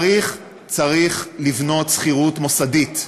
צריך לבנות שכירות מוסדית.